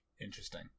Interesting